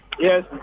Yes